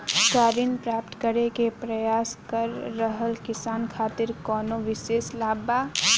का ऋण प्राप्त करे के प्रयास कर रहल किसान खातिर कउनो विशेष लाभ बा?